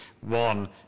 one